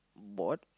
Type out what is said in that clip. board